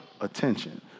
attention